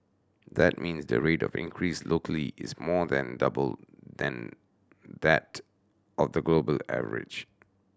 that means the rate of increase locally is more than double then that of the global average